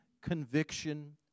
conviction